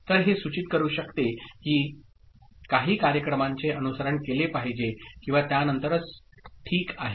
तर हे सूचित करू शकते की काही कार्यक्रमांचे अनुसरण केले पाहिजे किंवा त्यानंतरच ठीक आहे